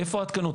איפה ההתקנות?